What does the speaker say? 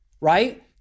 right